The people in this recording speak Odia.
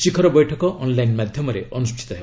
ଶିଖର ବୈଠକ ଅନ୍ଲାଇନ୍ ମାଧ୍ୟମରେ ଅନୁଷ୍ଠିତ ହେବ